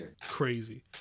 Crazy